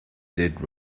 did